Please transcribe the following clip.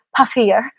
puffier